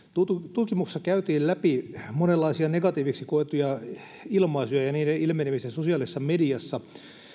tutkimuksessa käytiin läpi monenlaisia negatiivisiksi koettuja ilmaisuja ja niiden ilmenemistä sosiaalisessa mediassa